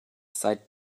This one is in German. seit